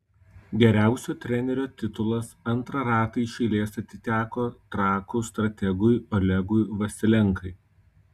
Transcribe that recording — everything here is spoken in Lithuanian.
geriausio trenerio titulas antrą ratą iš eilės atiteko trakų strategui olegui vasilenkai